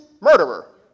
murderer